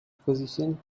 opposition